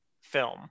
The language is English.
film